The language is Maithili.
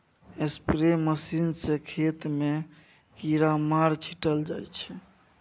स्प्रे मशीन सँ खेत मे कीरामार छीटल जाइ छै